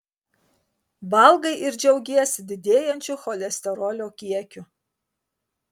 valgai ir džiaugiesi didėjančiu cholesterolio kiekiu